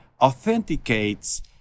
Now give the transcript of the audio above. authenticates